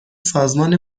سازمان